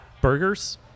Burgers